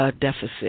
deficit